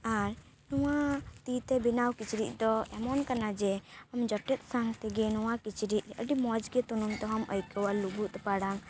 ᱟᱨ ᱱᱚᱣᱟ ᱛᱤ ᱛᱮ ᱵᱮᱱᱟᱣ ᱠᱤᱪᱨᱤᱡ ᱫᱚ ᱮᱢᱚᱱ ᱠᱟᱱᱟ ᱡᱮ ᱟᱢ ᱡᱚᱴᱮᱫ ᱥᱟᱶ ᱛᱮᱜᱮ ᱱᱚᱣᱟ ᱠᱤᱪᱨᱤᱡ ᱟᱹᱰᱤ ᱢᱚᱡᱽ ᱜᱮ ᱛᱩᱱᱩᱢ ᱛᱮᱦᱚᱢ ᱟᱹᱭᱠᱟᱹᱣᱟ ᱞᱩᱜᱩᱫ ᱯᱟᱲᱟ